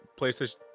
PlayStation